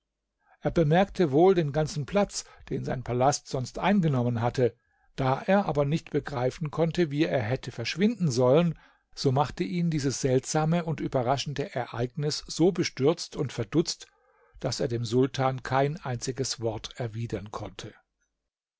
er bemerkte wohl den ganzen platz den sein palast sonst eingenommen hatte da er aber nicht begreifen konnte wie er hätte verschwinden sollen so machte ihn dieses seltsame und überraschende ereignis so bestürzt und verdutzt daß er dem sultan kein einziges wort erwidern konnte